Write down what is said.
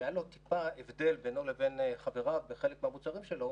שהיה הבדל בינו לבין חבריו בחלק מהמוצרים שלו